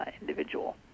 individual